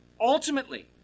Ultimately